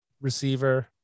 receiver